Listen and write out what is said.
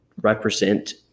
represent